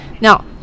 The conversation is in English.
now